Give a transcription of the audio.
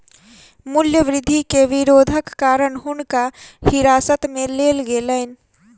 मूल्य वृद्धि के विरोधक कारण हुनका हिरासत में लेल गेलैन